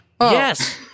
Yes